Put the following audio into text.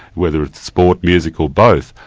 whether it's sport, music or both,